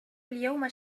اليوم